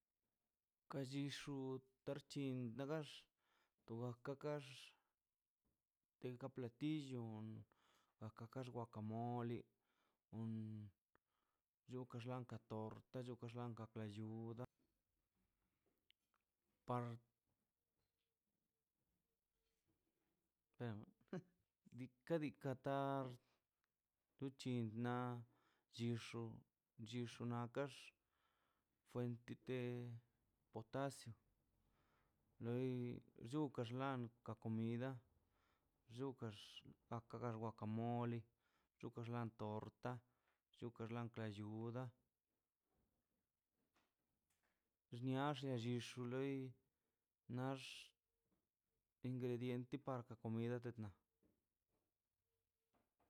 Ka llixu tarchin gadax tobakagax tega platillo ka kax wakamole kon xioke blankax tortax chuka lardan klayuda ka dika ta duchin na chixo chixo nakex fuentete potacio loi rukan xla ka comida chukax na ka wa wakamole chukaxlan torta chukaxlan klayuda xnia lo xixa loi nax ingrediente parlo comida